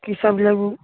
की सभ लेबू